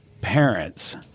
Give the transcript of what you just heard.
parents